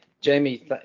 Jamie